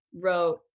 wrote